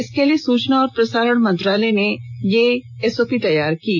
इसके लिए सूचना और प्रसारण मंत्रालय ने यह एसओपी तैयार की है